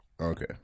Okay